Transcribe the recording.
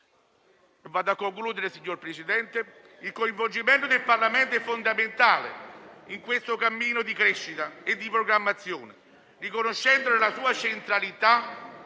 il coinvolgimento del Parlamento è fondamentale in questo cammino di crescita e di programmazione, riconoscendo la sua centralità,